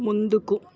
ముందుకు